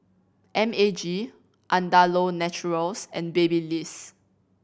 M A G Andalou Naturals and Babyliss